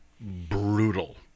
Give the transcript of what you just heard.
brutal